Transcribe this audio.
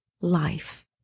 life